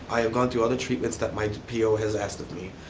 i have gone through other treatments that my p o. has asked of me.